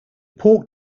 pork